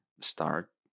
start